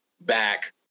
back –